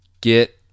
Get